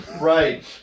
right